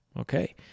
Okay